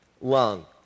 lung